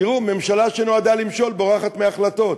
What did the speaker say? תראו, ממשלה שנועדה למשול בורחת מהחלטות.